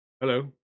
Hello